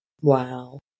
Wow